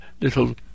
Little